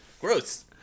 gross